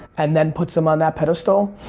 and then puts him on that pedestal.